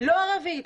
לא ערבית,